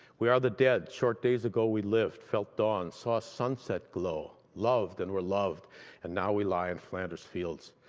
we are the dead, short days ago we lived, felt dawn, saw sunset glow, loved and were loved and now we lie in flanders fields,